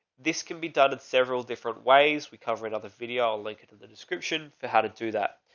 this can be done in several different ways. we cover it. other video linked to the description for how to do that.